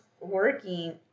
working